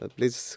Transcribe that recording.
Please